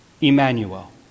Emmanuel